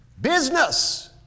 Business